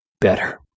better